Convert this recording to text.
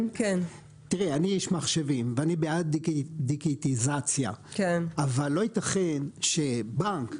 איש מחשבים ואני בעד דיגיטציה אבל לא יתכן שבנק,